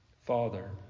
Father